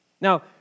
Now